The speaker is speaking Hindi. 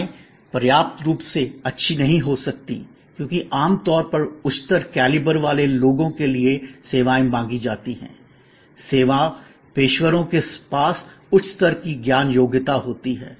सेवाएं पर्याप्त रूप से अच्छी नहीं हो सकती हैं क्योंकि आम तौर पर उच्चतर कैलिबर वाले लोगों के लिए सेवाएं मांगी जाती हैं सेवा पेशेवरों के पास उच्च स्तर की ज्ञान योग्यता होती है